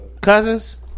Cousins